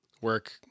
work